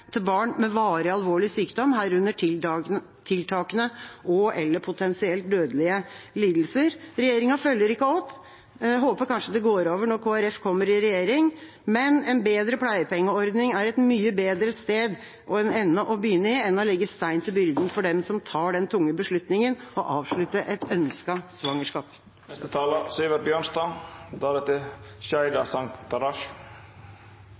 til barn med varig alvorlig sykdom, herunder tiltakende og/eller potensielt dødelige lidelser. Regjeringa følger ikke opp. Håpet er kanskje at det går over når Kristelig Folkeparti kommer i regjering? Men en bedre pleiepengeordning er et mye bedre sted og en ende å begynne i enn å legge stein til byrden for dem som tar den tunge beslutningen å avslutte et